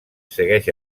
segueix